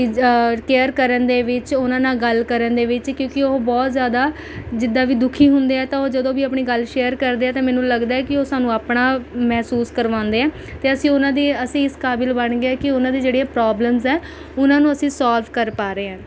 ਚੀ ਕੇਅਰ ਕਰਨ ਦੇ ਵਿੱਚ ਉਨ੍ਹਾਂ ਨਾਲ ਗੱਲ ਕਰਨ ਦੇ ਵਿੱਚ ਕਿਉਂਕਿ ਉਹ ਬਹੁਤ ਜ਼ਿਆਦਾ ਜਿੱਦਾਂ ਵੀ ਦੁਖੀ ਹੁੰਦੇ ਹੈ ਤਾਂ ਉਹ ਜਦੋਂ ਵੀ ਆਪਣੀ ਗੱਲ ਸ਼ੇਅਰ ਕਰਦੇ ਹੈ ਤਾਂ ਮੈਨੂੰ ਲੱਗਦਾ ਹੈ ਕਿ ਉਹ ਸਾਨੂੰ ਆਪਣਾ ਮਹਿਸੂਸ ਕਰਵਾਉਂਦੇ ਹੈ ਅਤੇ ਅਸੀਂ ਉਹਨਾਂ ਦੀ ਅਸੀਂ ਇਸ ਕਾਬਿਲ ਬਣ ਗਏ ਹੈ ਕਿ ਉਹਨਾਂ ਦੀ ਜਿਹੜੀਆਂ ਪਰੋਬਲਮਸ ਹੈ ਉਨ੍ਹਾਂ ਨੂੰ ਅਸੀਂ ਸੋਲਫ਼ ਕਰ ਪਾ ਰਹੇ ਹੈ